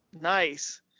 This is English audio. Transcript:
Nice